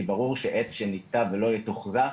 כי ברור שעץ שניטע ולא יתוחזק,